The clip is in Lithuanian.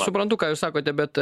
suprantu ką jūs sakote bet